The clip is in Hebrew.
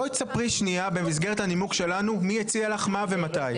בואי תספרי שנייה במסגרת הנימוק שלנו מי הציע לך מה ומתי.